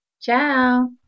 Ciao